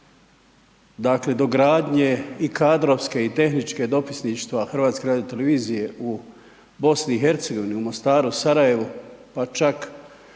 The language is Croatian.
dakle dogradnje i kadrovske, i tehničke dopisništva Hrvatske radio televizije u Bosni i Hercegovini, u Mostaru, Sarajevu, pa čak